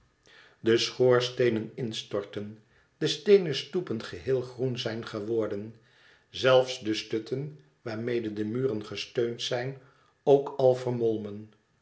de schoorsteenen instorten de steenen stoepen geheel groen zijn geworden zelfs de stutten waarmede de muren gesteund zijn ook al